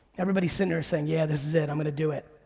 everybody's sitting there saying, yeah, this is it, i'm gonna do it.